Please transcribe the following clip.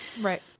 Right